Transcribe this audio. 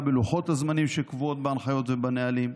בלוחות הזמנים שקבועים בהנחיות ובנהלים,